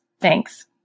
Thanks